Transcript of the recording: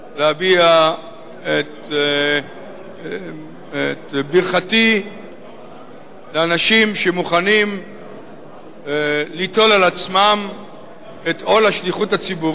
להביע את ברכתי לאנשים שמוכנים ליטול על עצמם את עול השליחות הציבורית,